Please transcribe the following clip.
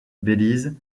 belize